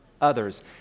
others